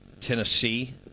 Tennessee